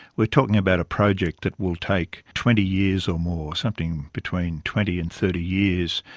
we're talking about a project that will take twenty years or more, something between twenty and thirty years,